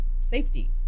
safety